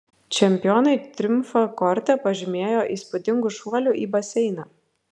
čempionai triumfą korte pažymėjo įspūdingu šuoliu į baseiną